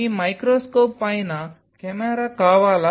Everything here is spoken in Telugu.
మీ మైక్రోస్కోప్ పైన కెమెరా కావాలా